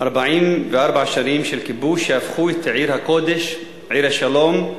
44 שנים של כיבוש, שהפכו את עיר הקודש, עיר השלום,